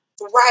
Right